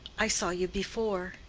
i saw you before,